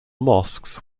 mosques